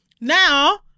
Now